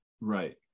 Right